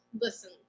listen